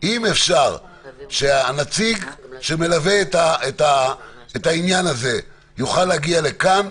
אם אפשר שהנציג שמלווה את העניין הזה יוכל להגיע לכאן,